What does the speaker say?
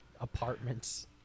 Apartments